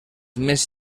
més